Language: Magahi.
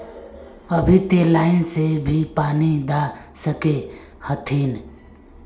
अभी ते लाइन से भी पानी दा सके हथीन?